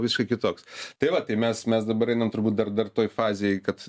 visiškai kitoks tai vat tai mes mes dabar einam turbūt dar dar toj fazėj kad